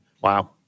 wow